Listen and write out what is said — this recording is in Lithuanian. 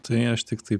tai aš tiktai